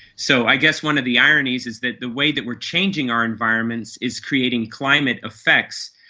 so i guess one of the ironies is that the way that we are changing our environments is creating climate effects.